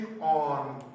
on